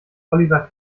oliver